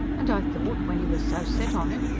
and i thought, when he was so set on it,